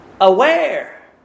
aware